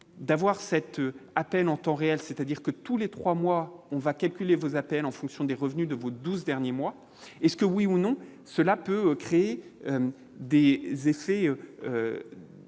d'avoir cette Athènes en temps réel, c'est-à-dire que tous les 3 mois on va calculer vos appels en fonction des revenus de vous 12 derniers mois, est ce que, oui ou non, cela peut créer des effets